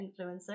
influencer